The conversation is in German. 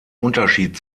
unterschied